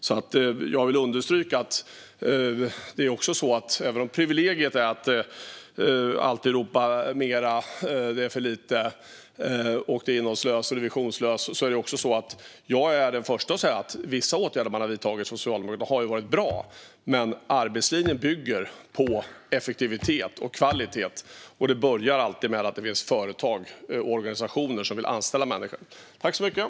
Även om det är ert privilegium att alltid ropa på mer och säga att det är för lite, för innehållslöst och för visionslöst vill jag understryka att jag är den förste att säga att vissa åtgärder som Socialdemokraterna har vidtagit har varit bra. Men arbetslinjen bygger på effektivitet och kvalitet, och det börjar alltid med att det finns företag och organisationer som vill anställa människor.